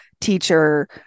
teacher